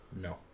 No